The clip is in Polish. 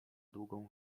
długą